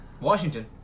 Washington